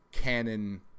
Canon